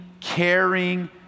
caring